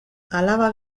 alaba